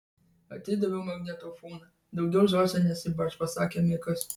atidaviau magnetofoną daugiau zosė nesibars pasakė mikas